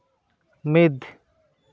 ᱢᱤᱫ